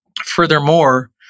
Furthermore